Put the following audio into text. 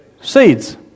Seeds